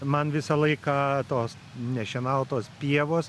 man visą laiką tos nešienautos pievos